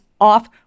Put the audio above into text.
off